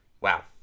Wow